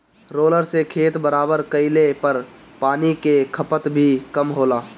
roller से खेत बराबर कइले पर पानी कअ खपत भी कम होला